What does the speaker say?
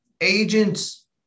agents